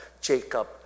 Jacob